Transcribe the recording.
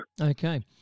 Okay